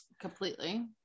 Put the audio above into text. Completely